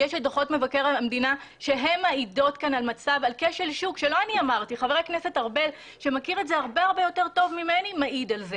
מבקשים להשאיר את זה לשיקול דעת כי יש הרבה מאוד מצבים המון מועמדים.